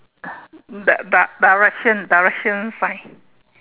di~ di~ direction direction sign